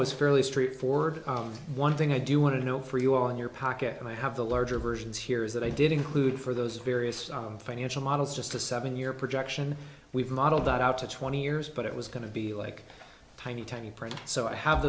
is fairly straightforward one thing i do want to know for you all in your pocket and i have the larger versions here is that i did include for those various financial models just a seven year projection we've modeled that out to twenty years but it was going to be like a tiny tiny print so i have